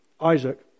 Isaac